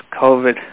COVID